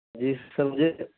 جی sir مجھے